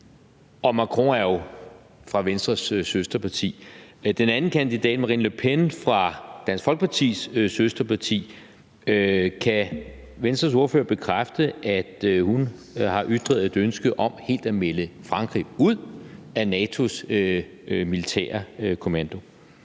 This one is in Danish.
Macron er jo fra Venstres søsterparti. Med hensyn til den anden kandidat, Marine Le Pen, fra Dansk Folkepartis søsterparti, kan Venstres ordfører bekræfte, at hun har ytret et ønske om helt at melde Frankrig ud af NATO's militære kommando?